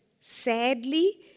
sadly